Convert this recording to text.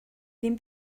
ddim